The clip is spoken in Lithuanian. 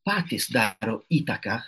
patys daro įtaką